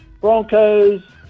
Broncos